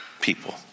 people